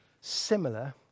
similar